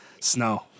snow